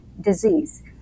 disease